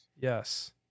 Yes